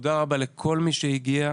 תודה רבה לכל מי שהגיע.